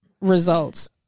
results